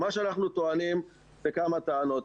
מה שאנחנו טוענים זה כמה טענות.